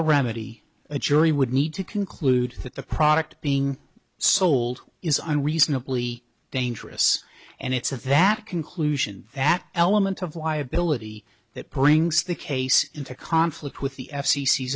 a remedy a jury would need to conclude that the product being sold is unreasonably dangerous and it's of that conclusion that element of liability that brings the case into conflict with the f